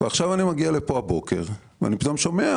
ועכשיו אני מגיע לפה הבוקר, ואני פתאום שומע